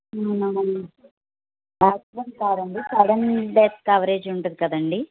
accident కాదండి sudden death coverage ఉంటుంది కదండి